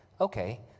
okay